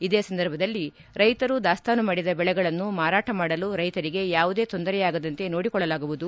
ಇದೇ ಸಂದರ್ಭದಲ್ಲಿ ರೈತರು ದಾಸ್ತಾನು ಮಾರಾಟ ಬೆಳೆಗಳನ್ನು ಮಾರಾಟ ಮಾಡಲು ರೈತರಿಗೆ ಯಾವುದೇ ತೊಂದರೆಯಾಗದಂತೆ ನೋಡಿಕೊಳ್ಳಲಾಗುವುದು